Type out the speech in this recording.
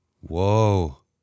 Whoa